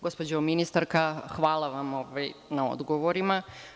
Gospođo ministarka, hvala vam na odgovorima.